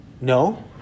No